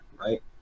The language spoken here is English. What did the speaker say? right